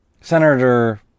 Senator